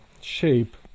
shape